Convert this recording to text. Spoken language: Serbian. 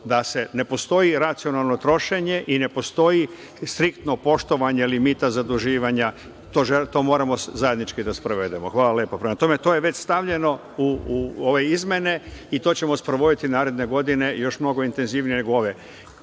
da ne postoji racionalno trošenje i ne postoji striktno poštovanje limita zaduživanja, to moramo zajednički da sprovedemo. Hvala lepo. To je već stavljeno u ove izmene, i to ćemo sprovoditi naredne godine mnogo intenzivnije nego ove.